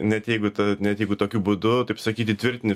net jeigu t net jeigu tokiu būdu taip sakyt įtvirtini